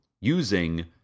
using